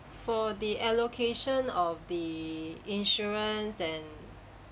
for the allocation of the insurance and